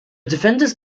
defenders